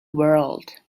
world